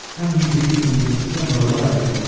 and he reasons in a similar way,